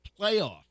playoff